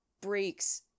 breaks